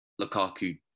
Lukaku